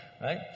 right